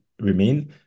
remain